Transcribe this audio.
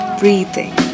breathing